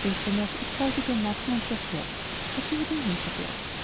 besser noch ich beuge den nacken unter's joch als über den henkerblock